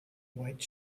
white